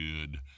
good